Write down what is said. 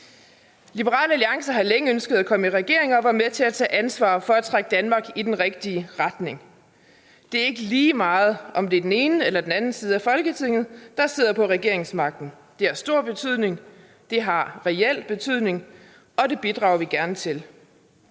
Liberal Alliance har længe ønsket at komme i regering og være med til at tage ansvaret for at trække Danmark i den rigtige retning. Det er ikke lige meget, om det er den ene eller den anden side af Folketinget, der sidder på regeringsmagten. Det har stor betydning, det har reel betydning, og det bidrager vi gerne til.